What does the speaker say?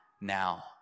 now